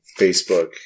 Facebook